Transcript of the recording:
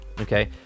Okay